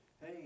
Hey